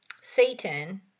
satan